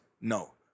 no